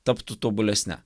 taptų tobulesne